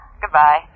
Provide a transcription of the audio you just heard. goodbye